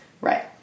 Right